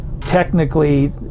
technically